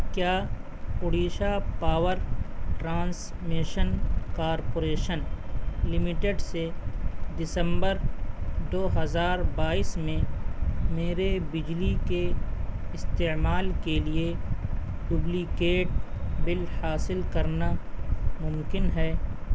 کیا Odisha power transmission corporation limited سے دسمبر دو ہزار بائیس میں میرے بجلی کے استعمال کے لیے ڈبلیکیٹ بل حاصل کرنا ممکن ہے